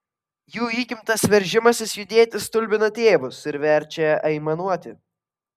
jų įgimtas veržimasis judėti stulbina tėvus ir verčia aimanuoti